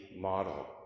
model